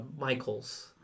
Michaels